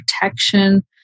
protection